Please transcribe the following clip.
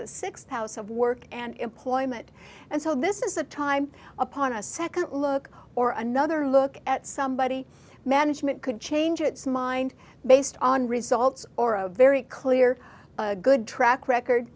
the sixth house of work and employment and so this is a time upon a second look or another look at somebody management could change its mind based on results or a very clear a good track record